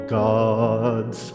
gods